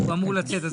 הוא אמור לצאת,